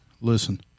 listen